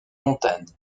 montagne